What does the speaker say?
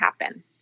happen